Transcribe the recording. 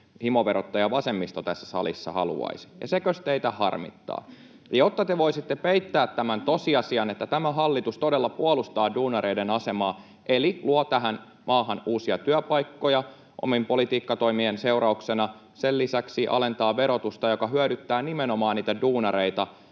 himoverottaja-vasemmisto tässä salissa haluaisi, ja sekös teitä harmittaa. Ja jotta te voisitte peittää tämän tosiasian, että tämä hallitus todella puolustaa duunareiden asemaa eli luo tähän maahan uusia työpaikkoja omien politiikkatoimien seurauksena ja sen lisäksi alentaa verotusta, mikä hyödyttää nimenomaan niitä duunareita,